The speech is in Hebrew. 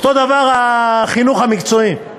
אותו דבר החינוך המקצועי.